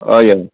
हय हय